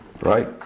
Right